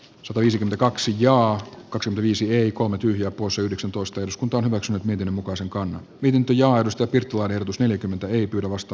se olisi kaksi ja kaksi viisi neljä kolme tyhjää poissa yhdeksäntoista jos kunta maksaa niiden mukaan sekaan lintuja josta pirtua verotus neljäkymmentä ei pyydä vasta